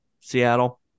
Seattle